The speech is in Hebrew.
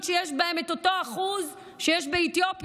שיש בהן את אותו אחוז של שחפת שיש באתיופיה.